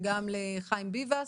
וגם לחיים ביבס,